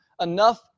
enough